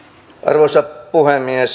arvoisa puhemies